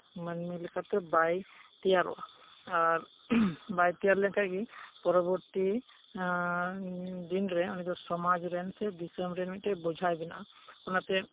ᱢᱟᱹᱱᱢᱤ ᱞᱮᱠᱟᱛᱮ ᱵᱟᱭ ᱛᱮᱭᱟᱨᱚᱜᱼᱟ ᱟᱨ ᱵᱟᱭ ᱛᱮᱭᱟᱨ ᱞᱮᱱ ᱠᱷᱟᱱ ᱜᱮ ᱯᱚᱨᱚᱵᱚᱨᱛᱤ ᱫᱤᱱ ᱨᱮ ᱩᱱᱤ ᱫᱚ ᱥᱚᱢᱟᱡᱽ ᱨᱮᱱ ᱥᱮ ᱫᱤᱥᱚᱢ ᱨᱮᱱ ᱢᱤᱫᱴᱮᱱ ᱵᱚᱡᱷᱟᱭ ᱵᱮᱱᱟᱜᱼᱟ ᱚᱱᱟᱛᱮ